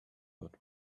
what